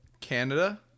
canada